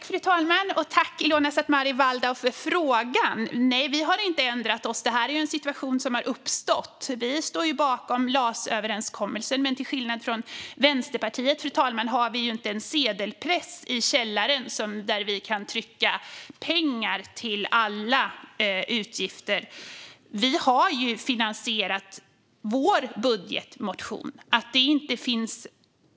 Fru talman! Tack, Ilona Szatmari Waldau, för frågan! Nej, vi har inte ändrat oss, utan detta är en situation som har uppstått. Vi står bakom LAS-överenskommelsen, men till skillnad från Vänsterpartiet har vi inte en sedelpress i källaren där vi kan trycka pengar till alla utgifter. Vi har finansierat vår budgetmotion.